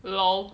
L_O_L